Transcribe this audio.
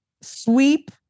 sweep